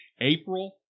April